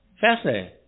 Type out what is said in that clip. fascinating